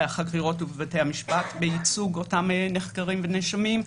החקירות ובבתי המשפט בייצוג אותם נחקרים ונאשמים.